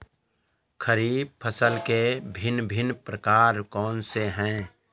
खरीब फसल के भिन भिन प्रकार कौन से हैं?